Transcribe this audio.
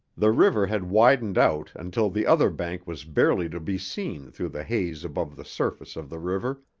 the river had widened out until the other bank was barely to be seen through the haze above the surface of the river,